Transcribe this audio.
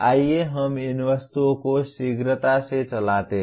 आइए हम इन वस्तुओं को शीघ्रता से चलाते हैं